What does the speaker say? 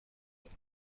دادم